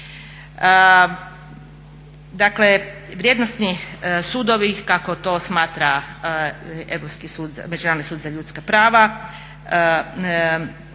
Dakle, vrijednosni sudovi kako to smatra Međunarodni sud za ljudska prava